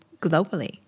globally